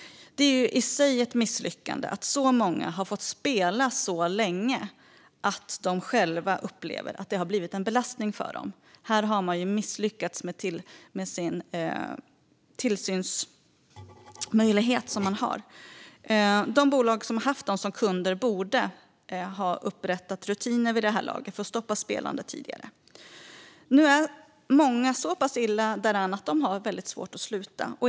Det är i sig ett misslyckande att så många har fått spela så länge att de själva upplever att det har blivit en belastning för dem. Här har man misslyckats med sin tillsynsmöjlighet. De bolag som haft dessa personer som kunder borde vid det här laget ha upprättat rutiner för att stoppa spelandet tidigare. Nu är många så pass illa däran att de har mycket svårt att sluta.